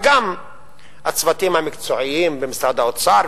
וגם הצוותים המקצועיים במשרד האוצר,